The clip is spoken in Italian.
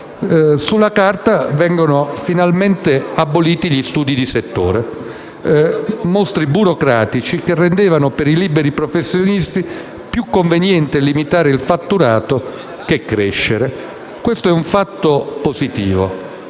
Sulla carta vengono finalmente aboliti gli studi di settore, mostri burocratici che rendevano per i liberi professionisti più conveniente limitare il fatturato anziché farlo crescere. Questo è un fatto positivo,